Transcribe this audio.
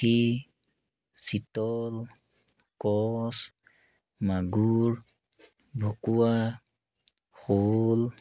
পুঠি চিতল কচ মাগুৰ ভুকুৱা শ'ল